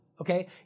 okay